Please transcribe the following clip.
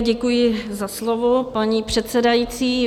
Děkuji za slovo, paní předsedající.